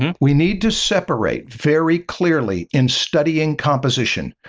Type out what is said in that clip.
we need to separate very clearly, in studying composition,